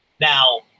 Now